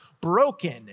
broken